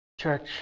Church